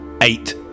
eight